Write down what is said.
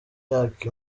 myaka